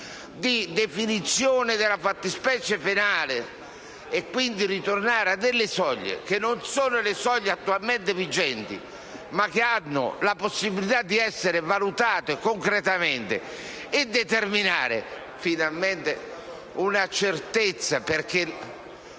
di definizione della fattispecie penale, si propone quindi di tornare a delle soglie, che non sono quelle attualmente vigenti, ma che hanno la possibilità di essere valutate concretamente, determinando finalmente una certezza.